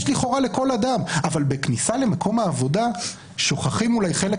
יש לכאורה לכל אדם אבל בכניסה למקום העבודה שוכחים אולי חלק